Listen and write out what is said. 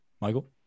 Michael